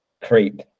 creep